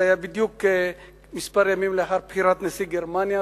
זה היה בדיוק כמה ימים לאחר בחירת נשיא גרמניה,